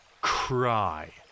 cry